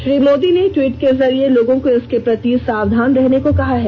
श्री मोदी ने ट्वीट के जरिए लोगों को इसके प्रति सावधान रहने को कहा है